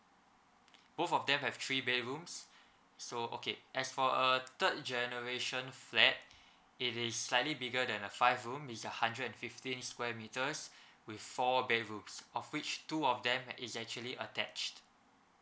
both of them have three bedrooms so okay as for a third generation flat it is slightly bigger than a five room its a hundred and fifteen square meters with four bedrooms of which two of them at~ is actually attached